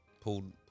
Pulled